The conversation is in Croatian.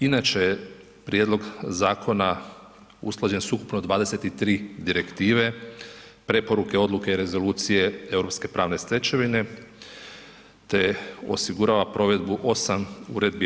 Inače, prijedlog zakona usklađen s ukupno 23 direktive, preporuke, odluke i rezolucije europske pravne stečevine te osigurava provedbu 8 uredbi EU.